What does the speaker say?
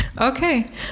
Okay